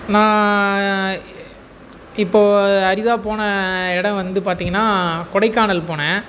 நான் இப்போ அரிதாக போன இடம் வந்து பார்த்திங்கன்னா கொடைக்கானல் போனேன்